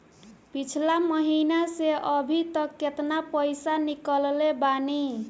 पिछला महीना से अभीतक केतना पैसा ईकलले बानी?